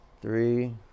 three